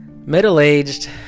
middle-aged